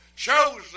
Chosen